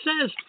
says